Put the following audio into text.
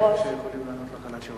אחריה, חבר הכנסת יעקב כץ.